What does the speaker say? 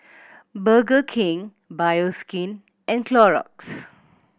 Burger King Bioskin and Clorox